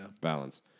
Balance